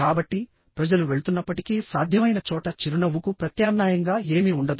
కాబట్టిప్రజలు వెళ్తున్నప్పటికీ సాధ్యమైన చోట చిరునవ్వుకు ప్రత్యామ్నాయంగా ఏమీ ఉండదు